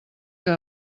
que